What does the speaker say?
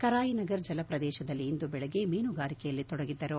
ಕರಾಯಿನಗರ್ ಜಲಪ್ರದೇಶದಲ್ಲಿ ಇಂದು ಬೆಳಗ್ಗೆ ಮೀನುಗಾರಿಕೆಯಲ್ಲಿ ತೊಡಗಿದ್ದರು